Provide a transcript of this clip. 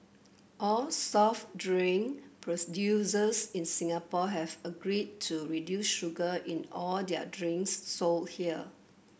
all soft drink in Singapore have agreed to reduce sugar in all their drinks sold here